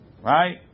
Right